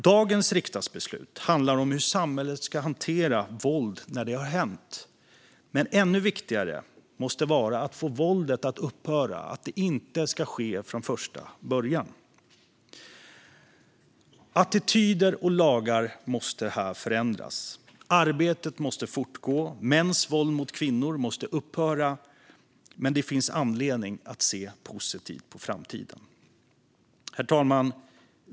Dagens riksdagsbeslut handlar om hur samhället ska hantera våld när det har hänt, men ännu viktigare måste vara att få våldet att upphöra - att se till att det inte sker från första början. Attityder och lagar måste förändras. Arbetet måste fortgå. Mäns våld mot kvinnor måste upphöra. Men det finns anledning att se positivt på framtiden, herr talman.